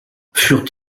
furent